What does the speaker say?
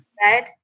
Right